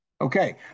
Okay